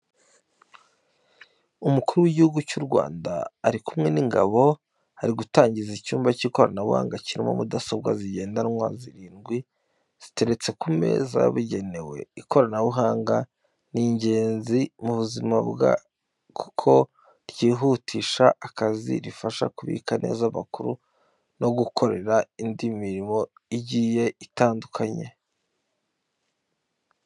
Umukuru w'igihugu cy'u Rwanda ari kumwe n'ingabo ari gutangiza icyumba cy'ikoranabuhanga, kirimo mudasobwa zigendanwa zirindwi, ziteretse ku meza yabugenewe. Ikoranabuhanga ni ingenzi mu buzima kuko ryihutisha akazi, rifasha kubika amakuru no gukora indi mirimo igiye itandukanye.